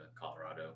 colorado